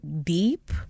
deep